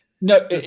No